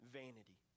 vanity